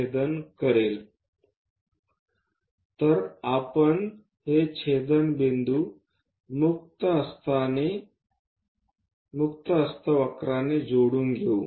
तर आपण हे छेदनबिंदू मुक्त हस्त वक्राने जोडून देऊ